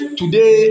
today